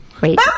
Wait